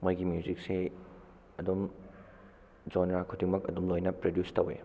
ꯃꯣꯏꯒꯤ ꯃ꯭ꯌꯨꯖꯤꯛꯁꯦ ꯑꯗꯨꯝ ꯖꯣꯅꯔꯥ ꯈꯨꯗꯤꯡꯃꯛ ꯑꯗꯨꯝ ꯂꯣꯏꯅ ꯄ꯭ꯔꯗꯤꯌꯨꯁ ꯇꯧꯋꯦ